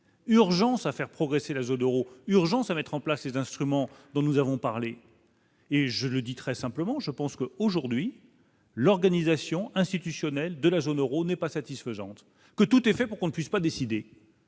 urgence à faire progresser la zone Euro, urgence à mettre en place les instruments dont nous avons parlé et je le dis très simplement je pense qu'aujourd'hui, l'organisation institutionnelle de la zone Euro n'est pas satisfaisante que tout est fait pour qu'on ne puisse pas décidé.